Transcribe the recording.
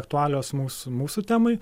aktualios mūsų mūsų temai